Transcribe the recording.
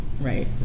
Right